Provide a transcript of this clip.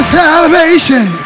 salvation